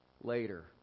later